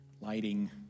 lighting